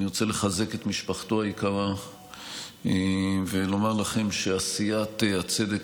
אני רוצה לחזק את משפחתו היקרה ולומר לכם שעשיית הצדק